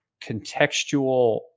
contextual